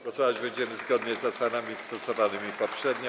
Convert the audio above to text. Głosować będziemy zgodnie z zasadami stosowanymi poprzednio.